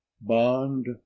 bond